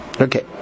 Okay